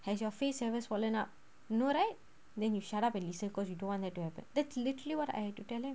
has your face ever swollen up no right then you shut up and listen cause you don't want that to happen that's literally what I have to tell them